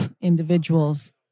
individuals